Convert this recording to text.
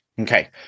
Okay